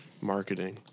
marketing